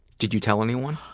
did you tell anyone?